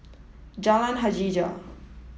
Jalan Hajijah